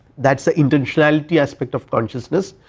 that is the intentionality aspect of consciousness,